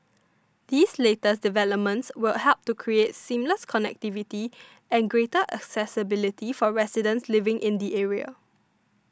these latest developments will help to create seamless connectivity and greater accessibility for residents living in the area